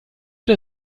der